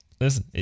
listen